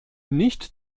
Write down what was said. nicht